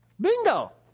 Bingo